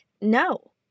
no